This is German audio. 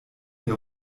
der